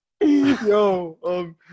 yo